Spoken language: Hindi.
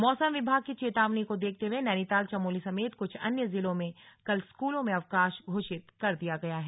मौसम विभाग की चेतावनी को देखते हुए नैनीताल चमोली समेत कुछ अन्य जिलों में कल स्कूलों में अवकाश घोषित कर दिया गया है